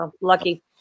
lucky